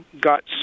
got